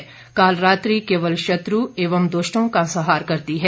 कालरात्रि केवल शत्र एवं द्ष्टों का संहार करती है